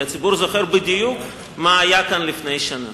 כי הציבור זוכר בדיוק מה היה כאן לפני שנה.